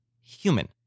human